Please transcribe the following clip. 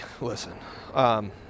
listen